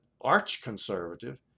arch-conservative